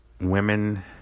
women